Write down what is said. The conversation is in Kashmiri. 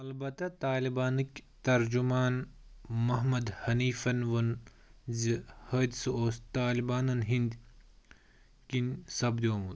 البتہ طالِبانٕکۍ ترجُمان محمد حنیٖفَن ووٚن زِ حٲدثہٕ اوس طالِبانَن ہِنٛدۍ كِنۍ سپدیومُت